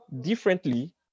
differently